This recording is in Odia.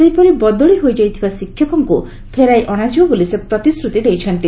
ସେହିପରି ବଦଳି ହୋଇଯାଇଥିବା ଶିକ୍ଷକଙ୍କ ଫେରାଇ ଅଣାଯିବ ବୋଲି ସେ ପ୍ରତିଶ୍ରତି ଦେଇଛନ୍ତି